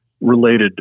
related